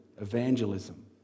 evangelism